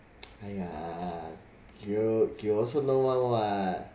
!aiya! you you also know [one] [what]